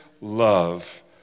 love